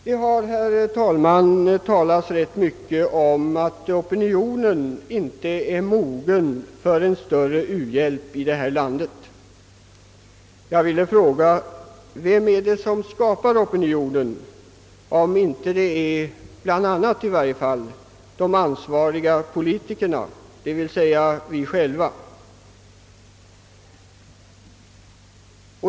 Det har, herr talman, talats rätt mycket om att opinionen i vårt land inte är mogen för en större u-hjälp. Jag skulle vilja fråga, vem är det som skapar opinionen om det inte, bl.a. i varje fall är de ansvariga politikerna, d. v. s. vi själva.